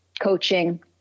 coaching